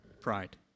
Pride